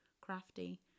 crafty